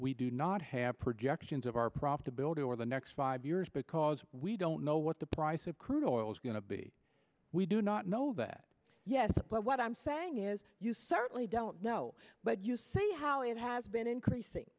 we do not have projections of our profitability over the next five years because we don't know what the price of crude oil is going to be we do not know that yes but what i'm saying is you certainly don't know but you see how it has been increasing